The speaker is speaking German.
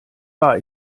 war